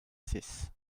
six